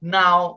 now